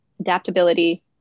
adaptability